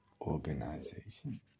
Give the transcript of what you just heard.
Organization